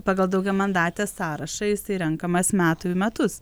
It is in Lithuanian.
pagal daugiamandatės sąrašą jisai renkamas metų į metus